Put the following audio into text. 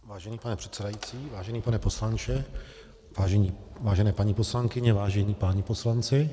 Vážený pane předsedající, vážený pane poslanče, vážené paní poslankyně, vážení páni poslanci.